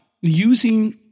using